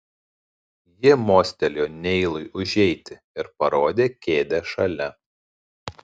ji mostelėjo neilui užeiti ir parodė kėdę šalia